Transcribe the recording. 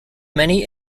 many